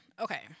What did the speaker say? Okay